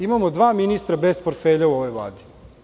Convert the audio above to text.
Imamo dva ministra bez portfelja u ovoj Vladi.